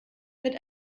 mit